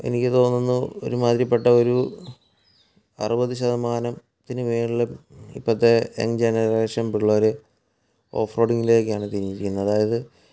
എനിക്ക് തോന്നുന്നു ഒരുമാതിരിപ്പെട്ട ഒരു അറുപത് ശതമാനത്തിനു മേളിൽ ഇപ്പോഴത്തെ യങ് ജനറേഷൻ പിള്ളേർ ഓഫ്റോഡിങ്ങിലേക്കാണ് തിരിഞ്ഞിരിക്കുന്നത് അതായത്